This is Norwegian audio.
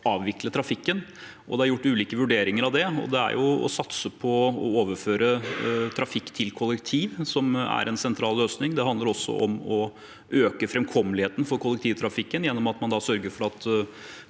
avvikle trafikken. Det er gjort ulike vurderinger av det, og det å satse på å overføre trafikk til kollektiv er en sentral løsning. Det handler også om å øke framkommeligheten for kollektivtrafikken gjennom å sørge for at